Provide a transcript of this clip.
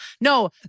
No